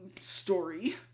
story